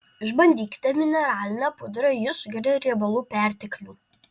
išbandykite mineralinę pudrą ji sugeria riebalų perteklių